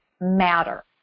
matter